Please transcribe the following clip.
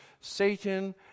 Satan